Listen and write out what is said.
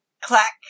clack